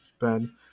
Ben